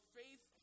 faith